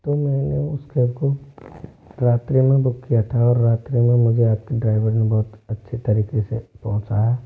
तो मैंने उस कैब को रात्रि में बुक किया था और रात्रि में मुझे आपके ड्राइवर ने बहुत अच्छे तरीके से पहुँचाया